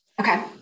Okay